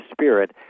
Spirit